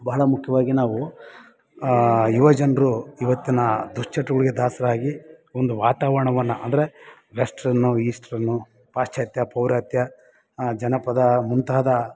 ಬಹಳ ಮುಖ್ಯವಾಗಿ ನಾವು ಯುವ ಜನರು ಇವತ್ತಿನ ದುಶ್ಚಟಗಳಿಗೆ ದಾಸರಾಗಿ ಒಂದು ವಾತಾವರಣವನ್ನು ಅಂದರೆ ವೆಸ್ಟ್ ಅನ್ನೋ ಈಸ್ಟ್ ಅನ್ನೋ ಪಾಶ್ಚ್ಯಾತ್ಯ ಪೌರಾತ್ಯ ಜನಪದ ಮುಂತಾದ